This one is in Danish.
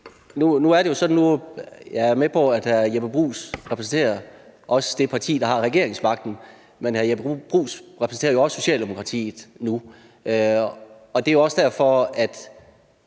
Jeg er med på, at hr. Jeppe Bruus også repræsenterer det parti, der har regeringsmagten, men hr. Jeppe Bruus repræsenterer jo nu også Socialdemokratiet, og det er også derfor, at